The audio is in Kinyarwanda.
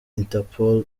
interpol